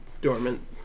dormant